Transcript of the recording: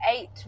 eight